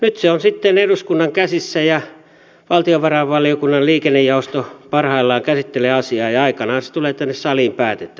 nyt se on sitten eduskunnan käsissä ja valtiovarainvaliokunnan liikennejaosto parhaillaan käsittelee asiaa ja aikanaan se tulee tänne saliin päätettäväksi